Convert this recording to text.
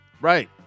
Right